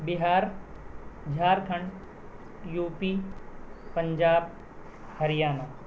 Bihar Jharkhand U P Punjab Haryana